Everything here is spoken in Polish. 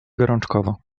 gorączkowo